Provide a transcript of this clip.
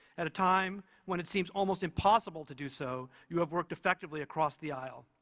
at a time when it seems almost impossible to do so, you have worked effectively across the aisle.